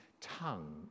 tongue